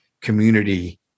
community